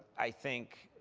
i think